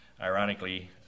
ironically